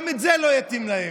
גם זה לא יתאים להן.